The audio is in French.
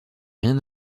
rien